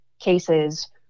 cases